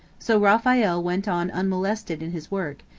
so raphael went on unmolested in his work,